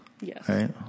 Yes